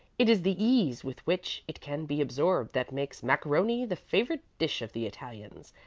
it is the ease with which it can be absorbed that makes macaroni the favorite dish of the italians,